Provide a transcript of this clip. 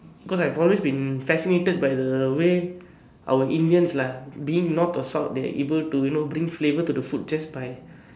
cause I've always been fascinated by the way our Indians lah being North or South they are able to you know bring flavour to the food just by